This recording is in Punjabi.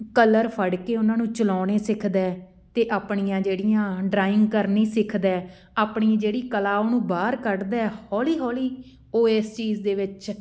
ਕਲਰ ਫੜ ਕੇ ਉਹਨਾਂ ਨੂੰ ਚਲਾਉਣੇ ਸਿੱਖਦਾ ਅਤੇ ਆਪਣੀਆਂ ਜਿਹੜੀਆਂ ਡਰਾਇੰਗ ਕਰਨੀ ਸਿੱਖਦਾ ਆਪਣੀ ਜਿਹੜੀ ਕਲਾ ਉਹਨੂੰ ਬਾਹਰ ਕੱਢਦਾ ਹੌਲੀ ਹੌਲੀ ਉਹ ਇਸ ਚੀਜ਼ ਦੇ ਵਿੱਚ